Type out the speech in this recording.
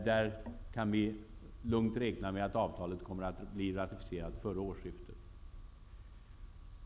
Där kan man lugnt räkna med att avtalet kommer att bli ratificerat före årsskiftet.